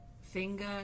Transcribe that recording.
finger